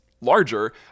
larger